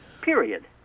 Period